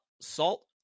salt